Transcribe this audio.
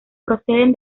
proceden